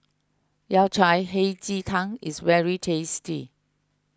Yao Cai Hei Ji Tang is very tasty